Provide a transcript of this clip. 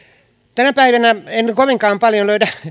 tänä päivänä en kovinkaan paljon löydä